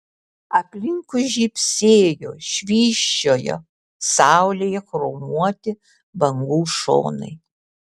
aplinkui žybsėjo švysčiojo saulėje chromuoti bangų šonai